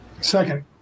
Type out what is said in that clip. Second